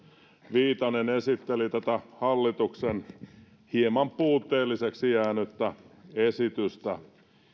viitanen esitteli tätä hallituksen hieman puutteelliseksi jäänyttä esitystä